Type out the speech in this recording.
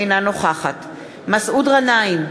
אינה נוכחת מסעוד גנאים,